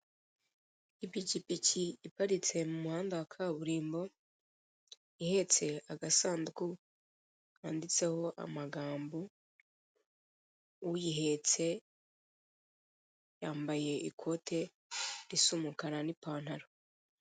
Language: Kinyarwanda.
Ipikipiki iparitse mu muhanda wa kaburimbo, ihetse agasanduku kanditseho amagambo, uyihetse yambaye ikote risa umukara n'ipantaro.